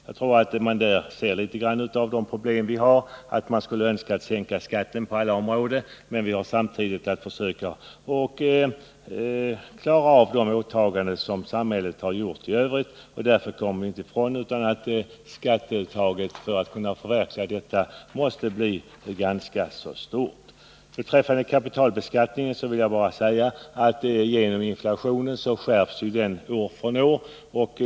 Där ser man litet av de problem vi har: Man skulle önska sänka skatten på alla områden, men vi har samtidigt att klara av de åtaganden som samhället har gjort. Vi kommer inte ifrån att skatteuttaget måste bli ganska stort för att vi skall kunna förverkliga dessa åtaganden. Beträffande kapitalbeskattningen vill jag bara säga att den genom inflationen skärps år från år.